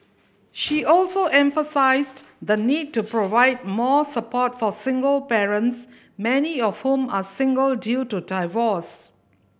she also emphasised the need to provide more support for single parents many of whom are single due to divorce